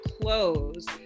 clothes